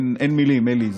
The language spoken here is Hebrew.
אין מילים, אלי.